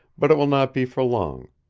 but it will not be for long.